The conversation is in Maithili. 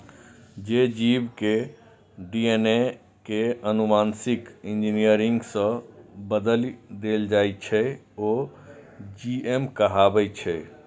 जे जीव के डी.एन.ए कें आनुवांशिक इंजीनियरिंग सं बदलि देल जाइ छै, ओ जी.एम कहाबै छै